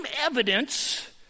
evidence